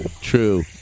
True